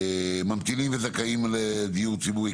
ממתינים וזכאים לדיור ציבורי,